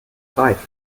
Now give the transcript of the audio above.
reif